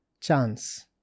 chance